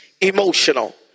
emotional